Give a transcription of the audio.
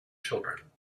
children